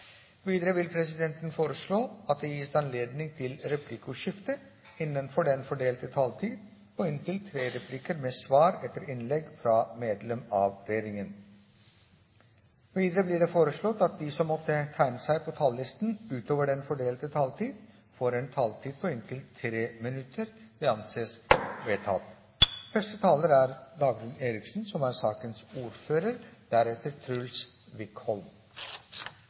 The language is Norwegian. Videre vil presidenten foreslå at det gis anledning til replikkordskifte innenfor den fordelte taletid på inntil tre replikker med svar etter innlegg fra medlem av regjeringen. Videre blir det foreslått at de som måtte tegne seg på talerlisten utover den fordelte taletid, får en taletid på inntil 3 minutter. – Det anses vedtatt. Barnehagen er under konstant diskusjon, og mange foreldre er både nysgjerrige og usikre, men også glade for det fantastiske tilbudet som